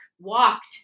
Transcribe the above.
walked